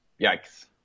Yikes